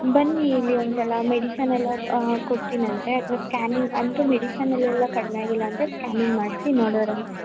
ಬನ್ನಿ ಇಲ್ಲಿ ಒಂದು ಸಲ ಮೆಡಿಷನೆಲ್ಲ ಕೊಡ್ತೀನಂತೆ ಅದ್ರಲ್ಲಿ ಸ್ಕಾನಿಂಗ್ ಅಂತು ಮೆಡಿಸಿನಲ್ಲೆಲ್ಲ ಕಡಿಮೆ ಆಗಿಲ್ಲಾಂದರೆ ಸ್ಕ್ಯಾನಿಂಗ್ ಮಾಡಿಸಿ ನೋಡೋರಂತೆ